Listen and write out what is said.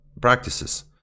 practices